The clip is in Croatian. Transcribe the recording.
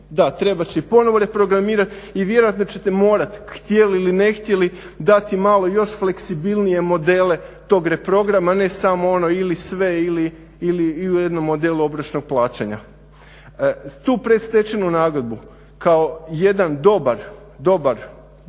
trebat će ponovno reprogramirati i vjerojatno ćete morati htjeli ili ne htjeli dati malo još fleksibilnije modele tog reprograma ne samo ono ili sve ili u jednom modelu obročnog plaćanja. Tu predstečenu nagodbu kao jedan dobru državnu